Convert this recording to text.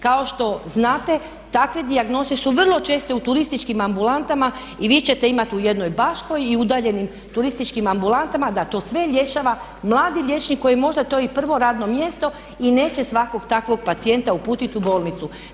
Kao što znate takve dijagnoze su vrlo česte u turističkim ambulantama i vi ćete imati u jednoj Baškoj i udaljenim turističkim ambulantama da to sve rješava mladi liječnik kojem je možda to i prvo radno mjesto i neće svakog takvog pacijenta uputiti u bolnicu.